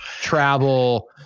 travel